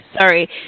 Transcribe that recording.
Sorry